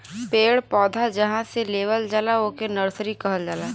पेड़ पौधा जहां से लेवल जाला ओके नर्सरी कहल जाला